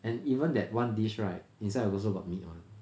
and even that one dish right inside also got meat one